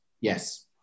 Yes